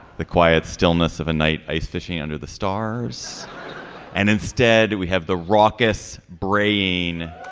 the quiet stillness of a night ice fishing under the stars and instead we have the raucous brain